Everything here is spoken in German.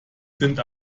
sind